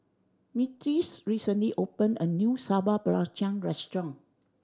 Myrtis recently opened a new Sambal Belacan restaurant